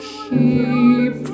keep